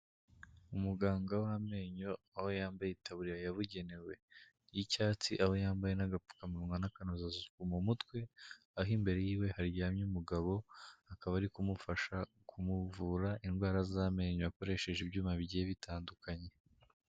Umuganga w'amenyo aho yambaye itaburiya yabugenewe y'icyatsi, aho yambaye n'agapfukamunwa n'akanozasuku mu mutwe, aho imbere yiwe haryamye umugabo, akaba ari kumufasha kumuvura indwara z'amenyo akoresheje ibyuma bigiye bitandukanye.